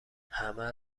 همه